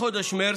מחודש מרץ,